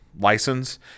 License